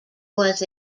was